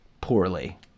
poorly